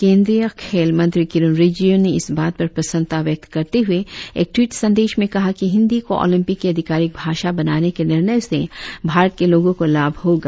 केंद्रीय खेल मंत्री किरेन रिजिजू ने इस बात पर प्रसन्नता व्यक्त करते हुए एक ट्वीट संदेश में कहा कि हिंदी को ओलंपिक की अधिकारिक भाषा बनाने के निर्णय से भारत के लोगों को लाभ होगा